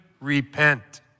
repent